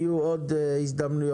יהיו עוד הזדמנויות.